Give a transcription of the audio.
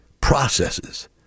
processes